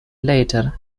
later